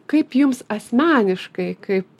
kaip jums asmeniškai kaip